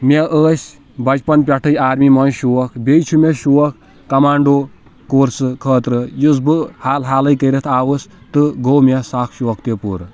مے ٲسۍ بَچپن پٮ۪ٹھے آرمی منٛز شوق بیٚیہِ چھُ مے شوق کَمانٛڈو کورس خٲطرٕ یُس بہٕ حال حالے کٔرِتھ آوُس تہٕ گو مے سُہ اکھ شوق تہِ پوٗرٕ